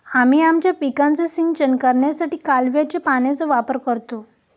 आम्ही आमच्या पिकांचे सिंचन करण्यासाठी कालव्याच्या पाण्याचा वापर करतो